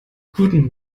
guten